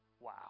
Wow